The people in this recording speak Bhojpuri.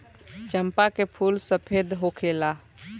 चंपा के फूल सफेद होखेला